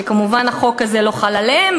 וכמובן החוק הזה לא חל עליהם.